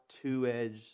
two-edged